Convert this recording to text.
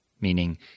meaning